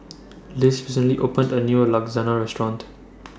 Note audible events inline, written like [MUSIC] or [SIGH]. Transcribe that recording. Liz recently opened A New [UNINTELLIGIBLE] Restaurant